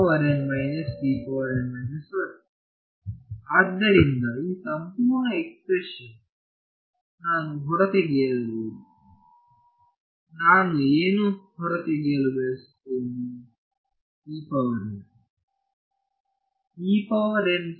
ಆದ್ದರಿಂದ ಈ ಸಂಪೂರ್ಣ ಎಕ್ಸ್ಪ್ರೆಶನ್ ನಾನು ಹೊರತೆಗೆಯಬಹುದು ನಾನು ಏನು ಹೊರತೆಗೆಯಲು ಬಯಸುತ್ತೇನೆ